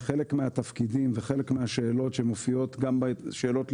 חלק מהתפקידים וחלק מהשאלות להתייחסות